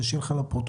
כדי שיהיה לפרוטוקול,